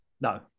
No